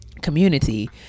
community